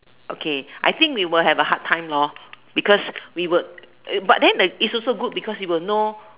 okay I think we will have a hard time lor because we would but then it's also good because we will know